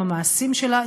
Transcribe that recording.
עם המעשים שלה,